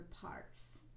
parts